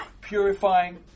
purifying